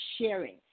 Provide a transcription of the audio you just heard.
sharing